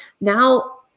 now